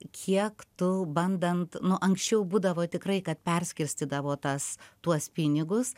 kiek tu bandant nu anksčiau būdavo tikrai kad perskirstydavo tas tuos pinigus